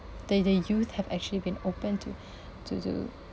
the the youth have actually been open to to do